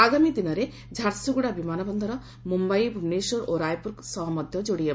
ଆଗାମୀ ଦିନରେ ଝାରସୁଗୁଡ଼ା ବିମାନବନ୍ଦର ମୁମ୍ୟାଇ ଭୁବନେଶ୍ୱର ଓ ରାୟପୁର ସହ ମଧ୍ଧ ଯୋଡ଼ି ହେବ